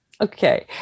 Okay